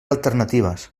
alternatives